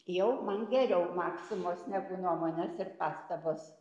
jau man geriau maksimos negu nuomonės ir pastabos